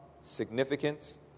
significance